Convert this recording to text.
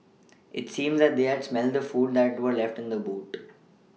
it seemed that they had smelt the food that were left in the boot